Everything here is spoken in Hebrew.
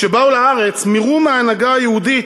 כשבאו לארץ, מרום ההנהגה היהודית,